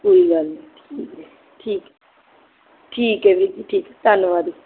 ਕੋਈ ਗੱਲ ਨਹੀਂ ਠੀਕ ਹੈ ਠੀਕ ਹੈ ਠੀਕ ਹੈ ਵੀਰ ਜੀ ਠੀਕ ਧੰਨਵਾਦ